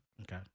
Okay